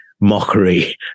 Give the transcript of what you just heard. mockery